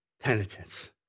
Penitence